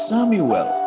Samuel